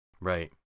Right